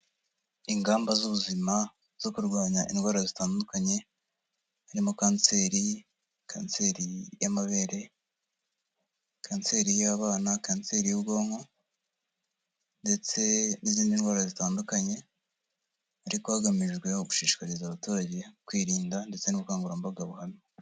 Ingamba z'ubuzima zo kurwanya indwara zitandukanye, harimo kanseri, kanseri y'amabere, kanseri y'abana, kanseri y'ubwonko, ndetse n'izindi ndwara zitandukanye, ariko hagamijwe gushishikariza abaturage kwirinda, ndetse n'ubukangurambaga buhamye.